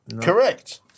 Correct